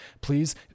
Please